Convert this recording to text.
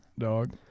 dog